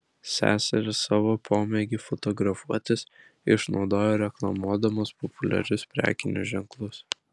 seserys savo pomėgį fotografuotis išnaudoja reklamuodamos populiarius prekinius ženklus